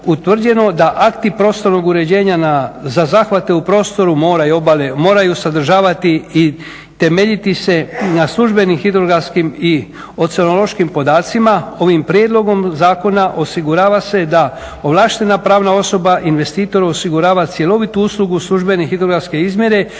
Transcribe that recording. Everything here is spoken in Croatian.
da akti prostornog uređenja za zahvate u prostoru mora i obale moraju sadržavati i temeljiti se na službenim hidrografskim i oceanološkim podacima, ovim prijedlogom zakona osigurava se da ovlaštena pravna osoba investitoru osigurava cjelovitu uslugu službene hidrografske izmjere što se